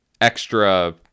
extra